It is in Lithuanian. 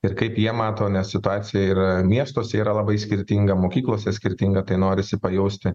ir kaip jie mato nes situacija ir miestuose yra labai skirtinga mokyklose skirtinga tai norisi pajausti